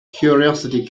curiosity